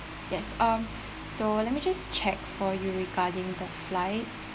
yes um so let me just check for you regarding the flights